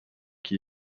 qui